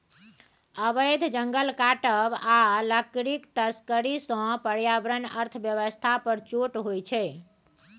अबैध जंगल काटब आ लकड़ीक तस्करी सँ पर्यावरण अर्थ बेबस्था पर चोट होइ छै